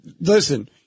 listen